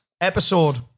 episode